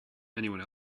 anyone